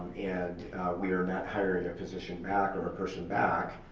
and we're not hiring a position back or a person back.